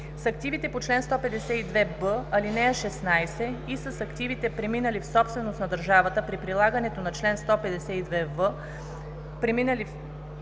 с активите по чл. 152б, ал. 16 и с активите, преминали в собственост на държавата при прилагането на чл. 152в, ал. 7.